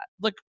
look